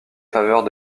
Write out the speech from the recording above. faveurs